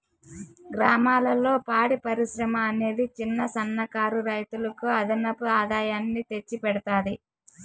గ్రామాలలో పాడి పరిశ్రమ అనేది చిన్న, సన్న కారు రైతులకు అదనపు ఆదాయాన్ని తెచ్చి పెడతాది